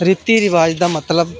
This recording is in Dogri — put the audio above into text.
रिती रवाज दा मतलब